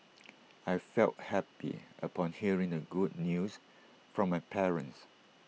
I felt happy upon hearing the good news from my parents